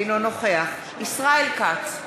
אינו נוכח ישראל כץ,